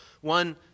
One